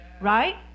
right